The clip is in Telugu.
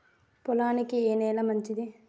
పొలానికి ఏ నేల మంచిది?